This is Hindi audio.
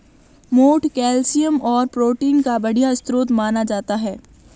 मोठ कैल्शियम और प्रोटीन का बढ़िया स्रोत माना जाता है